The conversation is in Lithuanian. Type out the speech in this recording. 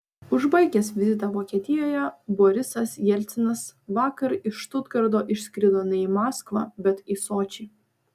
užbaigęs vizitą vokietijoje borisas jelcinas vakar iš štutgarto išskrido ne į maskvą bet į sočį